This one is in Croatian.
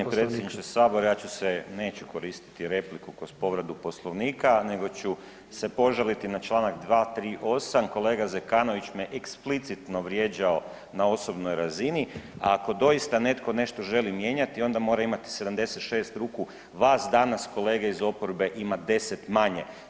Poštovani predsjedniče sabora ja ću se neću koristi repliku kroz povredu Poslovnika, nego ću se požaliti na Članak 238., kolega Zekanović me explicitno vrijeđao na osobnoj razini, a ako doista netko nešto želi mijenjati onda mora imati 76 ruku vas danas kolege iz oporbe ima 10 manje.